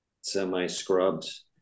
semi-scrubs